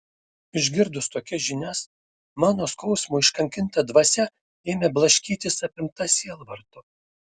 išgirdus tokias žinias mano skausmo iškankinta dvasia ėmė blaškytis apimta sielvarto